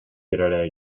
biraraya